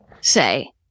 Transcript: say